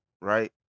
right